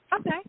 okay